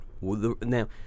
Now